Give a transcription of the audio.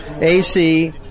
AC